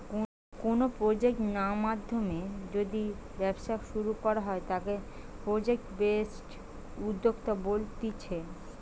কোনো প্রজেক্ট নাধ্যমে যদি ব্যবসা শুরু করা হয় তাকে প্রজেক্ট বেসড উদ্যোক্তা বলতিছে